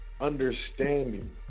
understanding